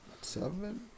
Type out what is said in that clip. Seven